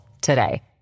today